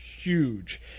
huge